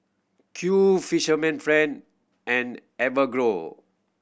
Qoo Fisherman Friend and Enfagrow